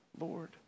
Lord